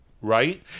right